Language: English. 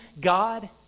God